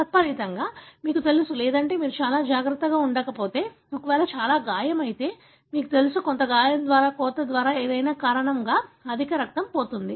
తత్ఫలితంగా మీకు తెలుసు లేదంటే మీరు చాలా జాగ్రత్తగా ఉండకపోతే ఒకవేళ చాలా గాయం అయితే మీకు తెలుసు కొంత గాయం లేదా కోత లేదా ఏదైనా కారణంగా అధిక రక్తం పోతుంది